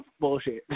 bullshit